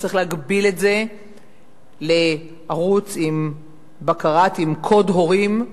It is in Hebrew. צריך להגביל את זה לערוץ עם בקרה, עם קוד הורים,